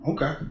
Okay